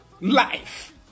life